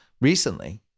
Recently